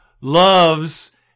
loves